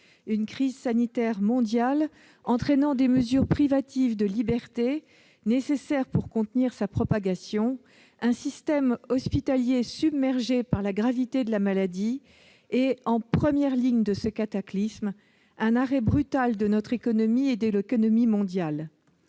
une crise sanitaire mondiale entraînant la prise de mesures privatives de liberté, nécessaires pour contenir l'épidémie, un système hospitalier submergé par la gravité de la maladie et, au premier plan de ce cataclysme, un arrêt brutal de notre économie et de l'économie mondiale.